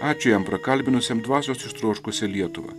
ačiū jam prakalbinusiam dvasios ištroškusią lietuvą